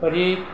પછી